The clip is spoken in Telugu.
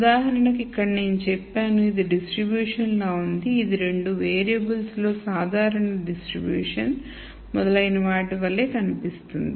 ఉదాహరణకు ఇక్కడ నేను చెప్పాను ఇది పంపిణీ లా ఉంది ఇది రెండు వేరియబుల్స్ లో సాధారణ పంపిణీ మొదలైన వాటి వలె కనిపిస్తుంది